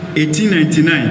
1899